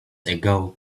ago